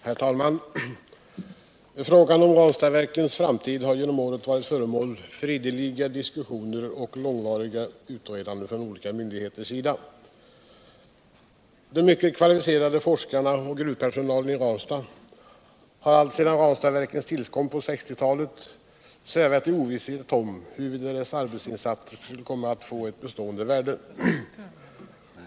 Herr talman! Frågan om Ranstadverkets framtid har genom åren varit föremål för ideliga diskussioner och et långvarigt utredande från olika myndigheters sida. De mycket kvalificerade forskarna och gruvpersonalen i Ranstad har alltsedan Ranstadverkets tillkomst på 1960-talet svävat i ovisshet om huruvida deras arbetsinsatser skulle komma att få ett bestående värde.